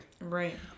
Right